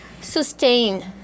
sustain